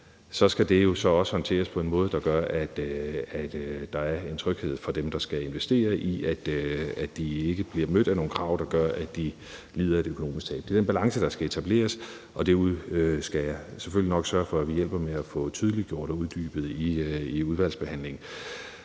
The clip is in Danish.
så skal det jo så også håndteres på en måde, der gør, at der er en tryghed for dem, der skal investere, om, at de ikke bliver mødt af nogle krav, der gør, at de lider et økonomisk tab. Det er den balance, der skal etableres, og det skal jeg selvfølgelig nok sørge for at vi hjælper med at få tydeliggjort og uddybet i udvalgsbehandlingen.